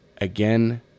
Again